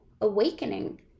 awakening